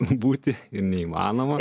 būti ir neįmanoma